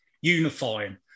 unifying